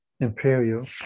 Imperial